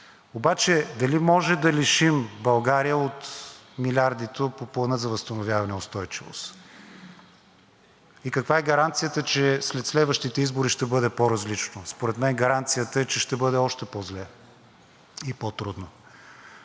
обаче дали може да лишим България от милиардите по Плана за възстановяване и устойчивост и каква е гаранцията, че след следващите избори ще бъде по-различно? Според мен гаранцията е, че ще бъде още по-зле и по-трудно.